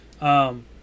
Um-